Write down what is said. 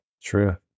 True